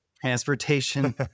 transportation-